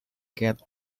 get